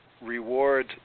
reward